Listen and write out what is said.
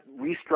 restructure